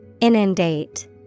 Inundate